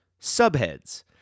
subheads